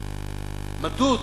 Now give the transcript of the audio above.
מדוד,